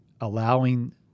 allowing